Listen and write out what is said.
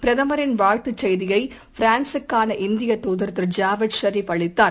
பிரதமரின் வாழ்த்துச் செய்தியைபிரான்சுக்கான இந்தியதூதர் திரு ஜாவேத் ஷெரீஃப் அளித்தார்